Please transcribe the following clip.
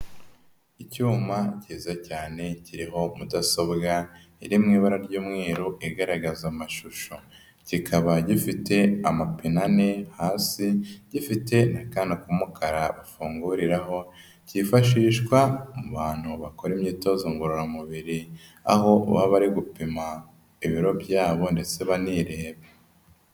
Icyuma kiza cyane kiriho mudasobwa iri mu ibara ry'umweru igaragaza amashusho, kikaba gifite amapine ane hasi, gifite n'akantu k'umukara bafunguriraho, kifashishwa mu bantu bakora imyitozo ngororamubiri, aho baba bari gupima ibiro byabo ndetse banireba.